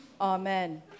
Amen